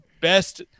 best –